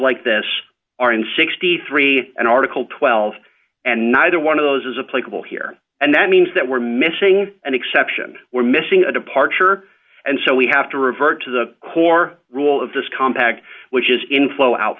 like this are in sixty three and article twelve and neither one of those is a playable here and that means that we're missing an exception we're missing a departure and so we have to revert to the core rule of this compact which is inflow out